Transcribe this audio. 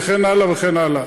וכן הלאה וכן הלאה.